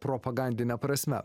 propagandine prasme